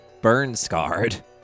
burn-scarred